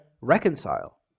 reconcile